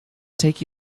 take